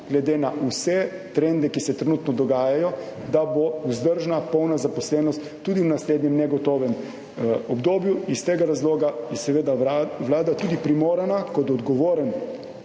glede na vse trende, ki se trenutno dogajajo, da bo vzdržna polna zaposlenost tudi v naslednjem negotovem obdobju. Iz tega razloga je seveda Vlada tudi primorana kot odgovoren,